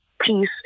peace